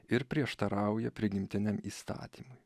ir prieštarauja prigimtiniam įstatymui